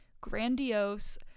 grandiose